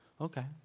Okay